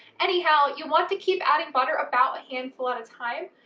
anyhow, you want to keep adding butter about a handful at a time,